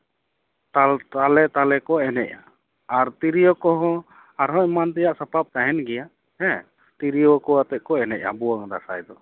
ᱛᱟᱞ ᱛᱟᱞᱮᱼᱛᱟᱞᱮ ᱠᱚ ᱮᱱᱮᱡᱼᱟ ᱟᱨ ᱛᱨᱤᱭᱳ ᱠᱚᱦᱚᱸ ᱟᱨᱦᱚᱸ ᱮᱢᱟᱱ ᱛᱮᱭᱟᱜ ᱥᱟᱯᱟᱵ ᱛᱟᱦᱮᱱ ᱜᱮᱭᱟ ᱦᱮᱸ ᱛᱨᱤᱭᱳ ᱠᱚ ᱟᱛᱮ ᱠᱚ ᱮᱱᱮᱡᱼᱟ ᱵᱷᱩᱣᱟᱝ ᱫᱟᱸᱥᱟᱭ ᱫᱚ